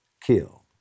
kill